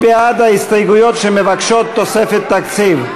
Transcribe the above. בעד ההסתייגויות שמבקשות תוספת תקציב?